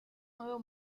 nuevo